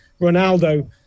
Ronaldo